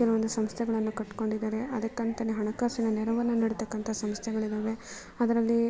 ಕೆಲವೊಂದು ಸಂಸ್ಥೆಗಳನ್ನು ಕಟ್ಕೊಂಡಿದ್ದಾರೆ ಅದಕ್ಕಂತಾನೇ ಹಣಕಾಸಿನ ನೆರವನ್ನು ನೀಡತಕ್ಕಂಥ ಸಂಸ್ಥೆಗಳಿದ್ದಾವೆ ಅದರಲ್ಲಿ